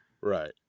Right